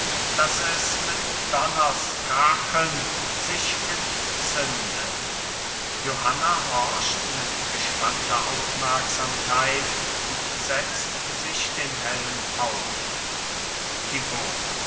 daß es mit donners krachen sich entzünde johanna horcht mit gespannter aufmerksamkeit und setzt sich den helm auf